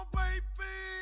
baby